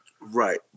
Right